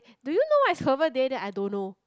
do you know what is herbal day then I don't know